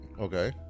Okay